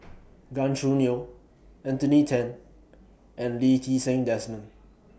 Gan Choo Neo Anthony Then and Lee Ti Seng Desmond